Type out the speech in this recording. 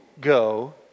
go